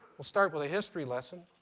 we'll start with a history lesson.